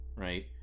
right